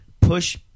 push